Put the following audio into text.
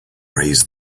raise